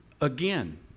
again